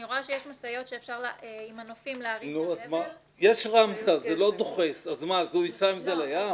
אני רואה שיש משאיות עם מנופים שאפשר --- אז מה הוא ייסע עם זה לים?